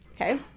okay